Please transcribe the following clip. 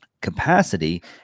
Capacity